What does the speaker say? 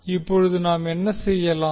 இப்போது நாம் என்ன செய்யலாம்